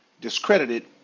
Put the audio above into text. discredited